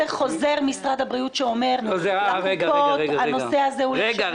הנושא של הקנאביס הולך להתמסד.